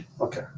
Okay